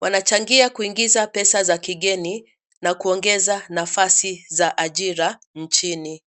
Wanachangia kuingiza pesa za kigeni, na kuongeza nafasi za ajira nchini.